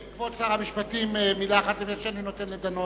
כבוד שר המשפטים, מלה אחת לפני שאני נותן לדנון.